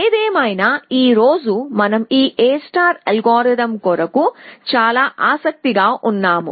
ఏదేమైనా ఈ రోజు మనం ఈ A అల్గోరిథం కొరకు చాలా ఆసక్తి గా ఉన్నాము